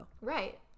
Right